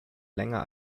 länger